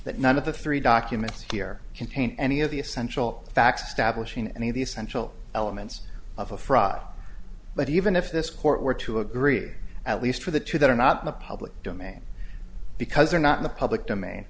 that none of the three documents here contain any of the essential facts stablish in any of the essential elements of a fraud but even if this court were to agree at least for the two that are not the public domain because they're not in the public domain